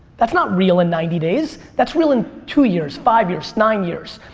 that's not real in ninety days. that's real in two years, five years, nine years.